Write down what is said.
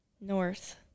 North